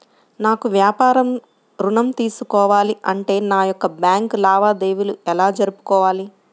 నాకు వ్యాపారం ఋణం తీసుకోవాలి అంటే నా యొక్క బ్యాంకు లావాదేవీలు ఎలా జరుపుకోవాలి?